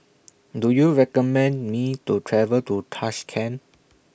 Do YOU recommend Me to travel to Tashkent